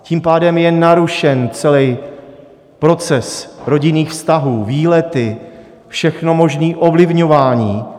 Tím pádem je narušen celý proces rodinných vztahů, výlety, všechno možné ovlivňování.